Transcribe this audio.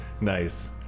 Nice